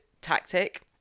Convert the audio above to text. tactic